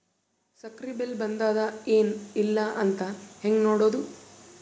ಸಕ್ರಿ ಬಿಲ್ ಬಂದಾದ ಏನ್ ಇಲ್ಲ ಅಂತ ಹೆಂಗ್ ನೋಡುದು?